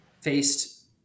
faced